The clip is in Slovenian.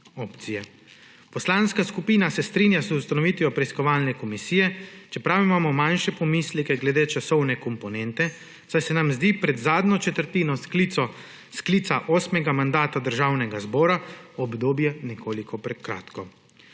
Poslanska skupina se strinja z ustanovitvijo preiskovalne komisije, čeprav imamo manjše pomisleke glede časovne komponente, saj se nam zdi pred zadnjo četrtino sklica osmega mandata Državnega zbora obdobje nekoliko prekratko.